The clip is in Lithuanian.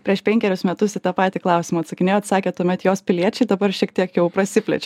prieš penkerius metus į tą patį klausimą atsakinėjot sakėt tuomet jos piliečiai dabar šiek tiek jau prasiplečia